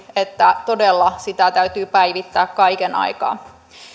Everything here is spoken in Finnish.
että todella sitä täytyy päivittää kaiken aikaa